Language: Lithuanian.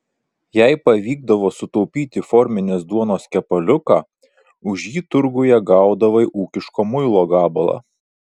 jei pavykdavo sutaupyti forminės duonos kepaliuką už jį turguje gaudavai ūkiško muilo gabalą